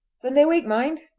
sunday week, mind!